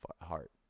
heart